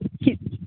कित्